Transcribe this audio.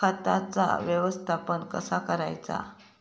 खताचा व्यवस्थापन कसा करायचा?